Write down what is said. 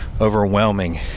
overwhelming